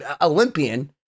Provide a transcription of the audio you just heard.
olympian